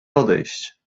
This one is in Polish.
odejść